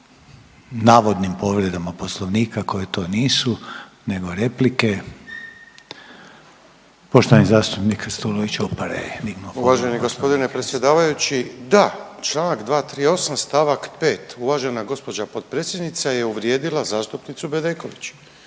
Uvaženi gospodine predsjedavajući da, članak 238. stavak 5. uvažena gospođa potpredsjednica je uvrijedila zastupnicu Bedeković